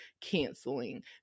canceling